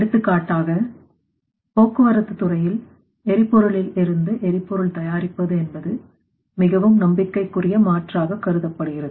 எடுத்துக்காட்டாக போக்குவரத்து துறையில் எரிபொருளில் இருந்து எரிபொருள் தயாரிப்பது என்பது மிகவும் நம்பிக்கைக்குரிய மாற்றாக கருதப்படுகிறது